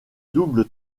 double